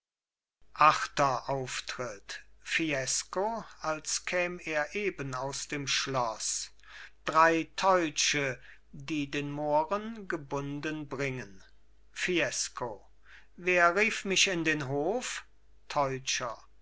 achter auftritt fiesco als käm er eben aus dem schloß drei teutsche die den mohren gebunden bringen fiesco wer rief mich in den hof teutscher